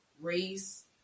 race